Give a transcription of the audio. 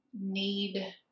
need